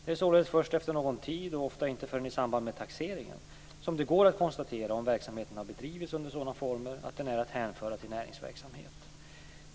Det är således först efter någon tid och ofta inte förrän i samband med taxeringen som det går att konstatera om verksamheten har bedrivits under sådana former att den är att hänföra till näringsverksamhet.